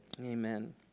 Amen